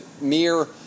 mere